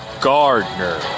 Gardner